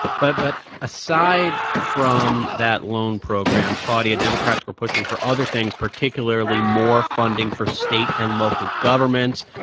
but but aside from that loan program, claudia, democrats were pushing for other things, particularly more funding for state and local governments,